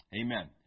Amen